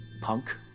punk